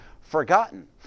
forgotten